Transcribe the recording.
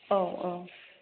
औ औ